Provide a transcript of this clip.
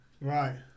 Right